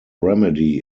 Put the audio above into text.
remedy